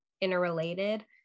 interrelated